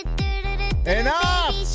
Enough